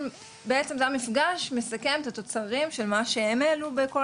בעצם זה היה מפגש מסכם את התוצרים של מה שהם העלו בכל